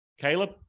Caleb